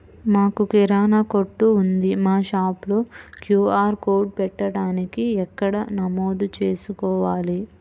మాకు కిరాణా కొట్టు ఉంది మా షాప్లో క్యూ.ఆర్ కోడ్ పెట్టడానికి ఎక్కడ నమోదు చేసుకోవాలీ?